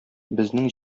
безнең